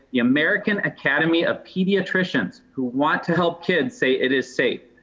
the american academy of pediatricians who want to help kids, say it is safe.